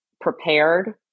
prepared